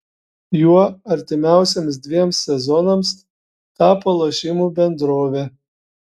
juo artimiausiems dviems sezonams tapo lošimų bendrovė